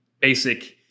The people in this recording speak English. basic